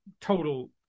total